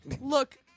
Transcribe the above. Look